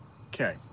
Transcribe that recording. Okay